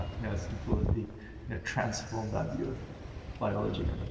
ah you know, has completely transformed our view of biology.